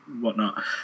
whatnot